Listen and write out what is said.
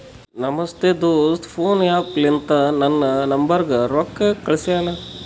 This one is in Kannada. ನಮ್ ದೋಸ್ತ ಫೋನ್ಪೇ ಆ್ಯಪ ಲಿಂತಾ ನನ್ ನಂಬರ್ಗ ರೊಕ್ಕಾ ಕಳ್ಸ್ಯಾನ್